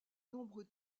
nombreux